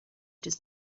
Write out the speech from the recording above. does